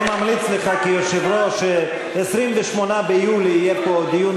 דיברתי שלוש דקות והוא לא